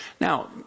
Now